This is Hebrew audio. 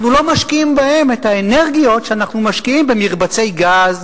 אנחנו לא משקיעים בהם את האנרגיות שאנחנו משקיעים במרבצי גז,